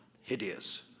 hideous